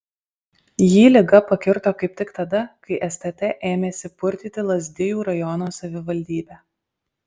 jį liga pakirto kaip tik tada kai stt ėmėsi purtyti lazdijų rajono savivaldybę